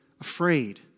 afraid